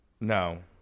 No